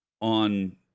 on